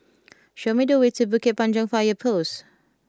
show me the way to Bukit Panjang Fire Post